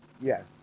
Yes